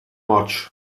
ots